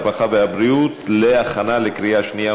הרווחה והבריאות נתקבלה.